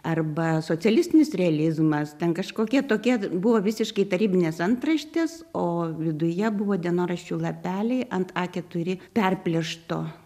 arba socialistinis realizmas ten kažkokie tokie buvo visiškai tarybinės antraštės o viduje buvo dienoraščių lapeliai ant a keturi perplėšto